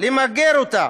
לגדוע אותה,